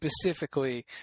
specifically